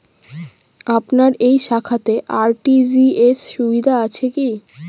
আপনার এই শাখাতে আর.টি.জি.এস সুবিধা আছে কি?